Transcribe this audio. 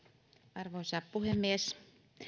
arvoisa puhemies